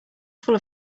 full